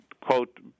quote